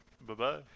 Bye-bye